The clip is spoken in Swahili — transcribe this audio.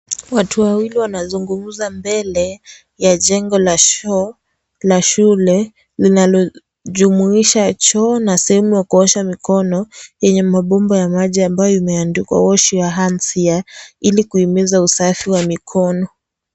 Watu wawili wanazungumza mbele ya jengo la shule linalojumuisha na sehemu wa kuosha mikono yenye mapambo ya maji ambayo imeandikwa (CS)wash your hands here(CS )ili kuimiza usafi wa mkono.